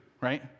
right